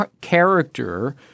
character